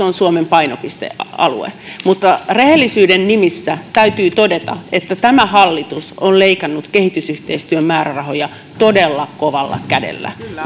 on suomen painopistealue mutta rehellisyyden nimissä täytyy todeta että tämä hallitus on leikannut kehitysyhteistyön määrärahoja todella kovalla kädellä